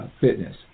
fitness